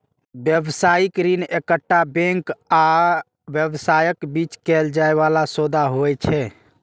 व्यावसायिक ऋण एकटा बैंक आ व्यवसायक बीच कैल जाइ बला सौदा होइ छै